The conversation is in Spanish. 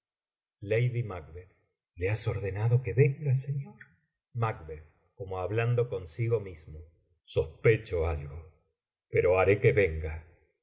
un mandato le has ordenado que venga señor como hablando consigo mismo sospecho algo pero haré que venga